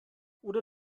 oder